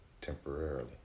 temporarily